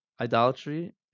idolatry